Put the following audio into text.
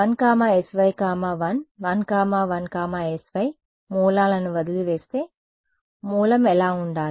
1sy 1 11 sy మూలలను వదిలివేస్తే మూల ఎలా ఉండాలి